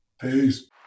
peace